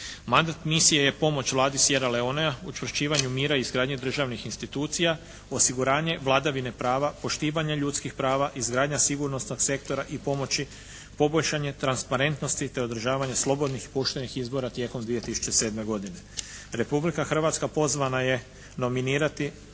Mandat misije je pomoć Vladi Sierra Leonea učvršćivanju mira i izgradnji državnih institucija, osiguranje vladavine prava, poštivanje ljudskih prava, izgradnja sigurnosnog sektora i pomoći, poboljšanje transparentnosti te održavanje slobodnih poštenih izbora tijekom 2007. godine. Republika Hrvatska pozvana je nominirati